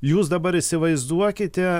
jūs dabar įsivaizduokite